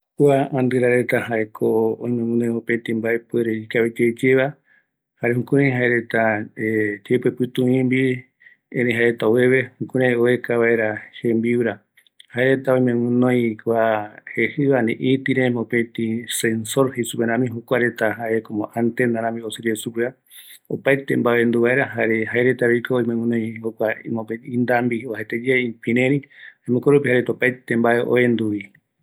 Andɨra reta oime guinoi mbaepuere ikavi gueva, jaereta, yepe pïtumbimbi, erei jaereta oveve, oeka vaera jembiura, oime guinoi ïtïre mopetï antena rami, oendu vaera mbae jare inambi rupi mbae oenduvi